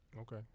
Okay